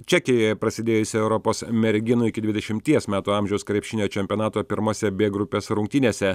čekijoje prasidėjusio europos merginų iki dvidešimties metų amžiaus krepšinio čempionato pirmose b grupės rungtynėse